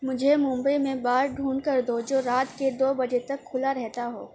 مجھے ممبئی میں بار ڈھونڈ کر دو جو رات کے دو بجے تک کھلا رہتا ہو